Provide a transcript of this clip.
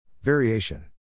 Variation